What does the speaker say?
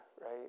right